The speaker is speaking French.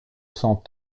sont